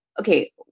okay